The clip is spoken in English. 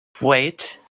wait